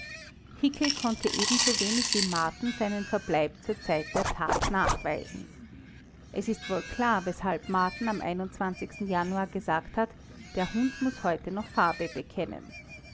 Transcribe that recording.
hickel konnte ebensowenig nig wie marten seinen verbleib zur zeit der tat nachweisen es ist wohl klar weshalb marten am januar gesagt hat der hund muß heute noch farbe bekennen